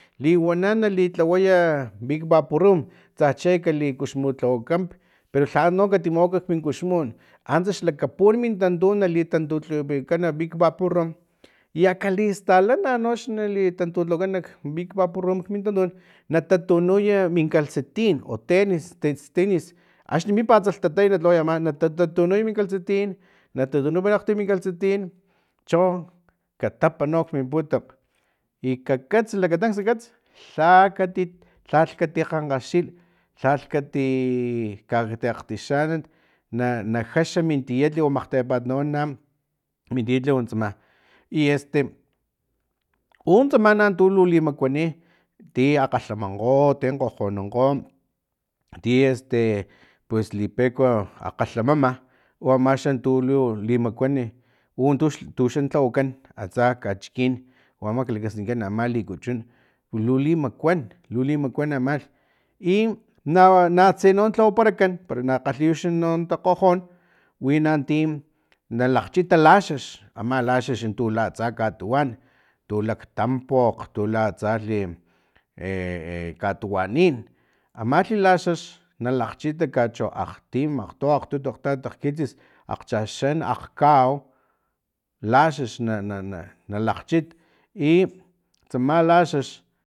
Liwana nali tlawaya vikc vaporrum tsache kali kuxmutlawakamp pero lha ants no katimawak kuxmun antsa xlakapun min tantun nalitantulhawamikan vikc vaporrum i akalistala noxa nali tantutlawakan vikc vaporrum kmin tantun natatunuya min calsetin o tenis tenis axni mimpats lhtatay na tlaway ama ta ta tunuy min calsetin na tatunuparay akgtim min calsetin cho katapa no min putam i kakats ka lakatansi kats lhalh lhalti kgankgaxil lhalh kati i kakgtixanat na najaxa min tietliw makgtepat nawan na min tietliw tsama i este untsama na tu lu limakuani ti akgalhamankgo ti kgojonunkgo ti este pues lipeku akgalhamama u amaxan tu tu limakiani untu xa lhawakan atsa kachikin o ama maklakaskinkan ama likuchun pus lu limakuan lu limakuan amalh i natse no tlawaparakan para na kgalhiy wixi no takgojon winanti nalakgchita laxux ama laxux tu la atsa katuwan tula nak tampokg tula atsalhi e katuwanin amalhi laxux nalakgchita kachu akgtim akgto akgtut akgtati akgkitsis akgchaxan akgkau laxax na na nalakgchit i tsama laxux